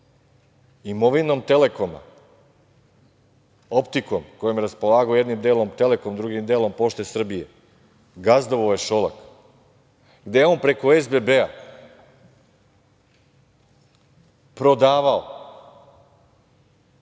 Imovinom „Telekoma“, optikom kojom je raspolagao jednim delom „Telekom“, drugim delom „Pošte Srbije“, gazdovao je Šolak. Gde je on preko „SBB“ prodavao